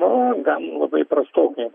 nu gan labai prastokai